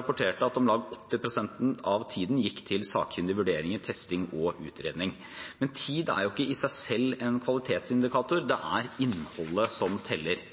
rapporterte at om lag 80 pst. av tiden gikk til sakkyndige vurderinger, testing og utredning. Men tid er jo ikke i seg selv en kvalitetsindikator, det er innholdet som teller.